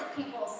people